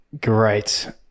Great